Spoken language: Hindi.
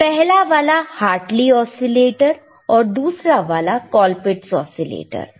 पहला वाला हार्टली ओसीलेटर और दूसरा वाला कॉलपिट्स ओसीलेटर था